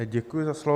Děkuji za slovo.